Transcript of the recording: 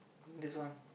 that's why